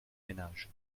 ménages